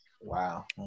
wow